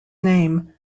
name